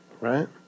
Right